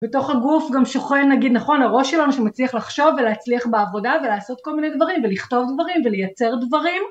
בתוך הגוף גם שוכן נגיד נכון הראש שלנו שהוא מצליח לחשוב ולהצליח בעבודה ולעשות כל מיני דברים ולכתוב דברים ולייצר דברים